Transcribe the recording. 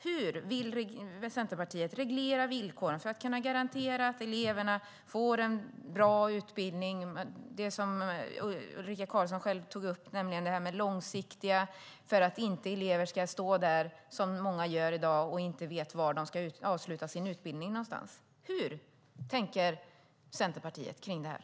Hur vill Centerpartiet reglera villkoren för att kunna garantera att elever får en bra utbildning och en långsiktighet, som Ulrika Carlsson själv tog upp, så att det inte blir som i dag när många elever inte vet var de ska avsluta sin utbildning någonstans? Hur tänker Centerpartiet i detta?